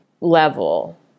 level